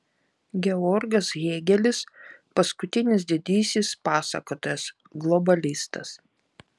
georgas hėgelis paskutinis didysis pasakotojas globalistas